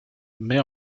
met